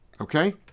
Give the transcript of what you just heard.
Okay